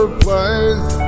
place